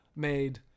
made